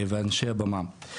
אומנים ואנשי במה.